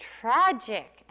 tragic